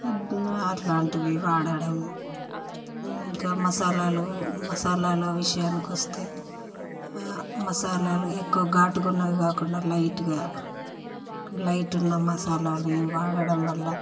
అట్లాంటివి వాడడం ఇంకా మసాలాలు మసాలాల విషయానికొస్తే మసాలాలు ఎక్కువ ఘాటుగా ఉన్నవి కాకుండా లైటుగా లైటున్న మసాలాలు వాడడం వళ్ళ